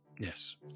Yes